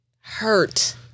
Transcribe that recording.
Hurt